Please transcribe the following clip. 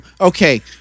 Okay